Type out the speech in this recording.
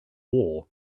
war